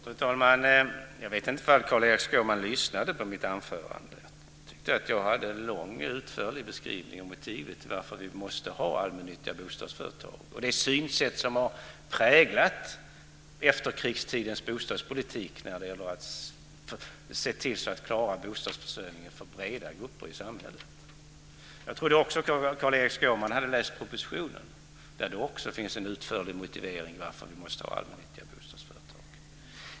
Fru talman! Jag vet inte om Carl-Erik Skårman lyssnade på mitt anförande. Jag gjorde en lång och utförlig beskrivning av motivet till att vi måste ha allmännyttiga bostadsföretag och det synsätt som har präglat efterkrigstidens bostadspolitik för att klara bostadsförsörjningen för breda grupper i samhället. Jag trodde vidare att Carl-Erik Skårman hade läst propositionen, där det också finns en utförlig motivering till att vi måste ha allmännyttiga bostadsföretag.